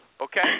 Okay